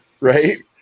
Right